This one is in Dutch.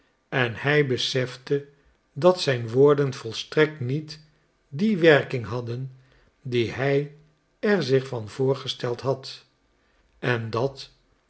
en hij besefte dat zijn woorden volstrekt niet die werking hadden die hij er zich van voorgesteld had en dat